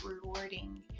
rewarding